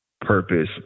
purpose